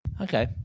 Okay